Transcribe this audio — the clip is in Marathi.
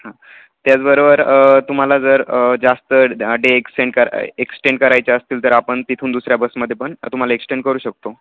हां त्याचबरोबर तुम्हाला जर जास्त डे एक्सेंड करा एक्सटेंड करायचे असतील तर आपण तिथून दुसऱ्या बसमध्ये पण तुम्हाला एक्सटेंड करू शकतो